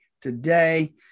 today